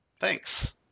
Thanks